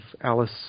Alice